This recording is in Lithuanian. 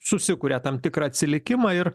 susikuria tam tikrą atsilikimą ir